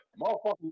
motherfucker